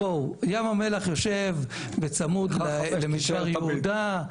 ים המלח יושב בצמוד למדבר יהודה,